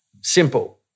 Simple